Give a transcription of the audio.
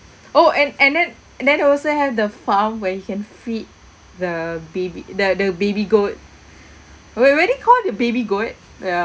oh and and then then also have the farm where you can feed the baby the the baby goat were were it call the baby goat ya